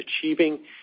achieving